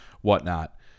whatnot